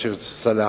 השיח' ראאד סלאח,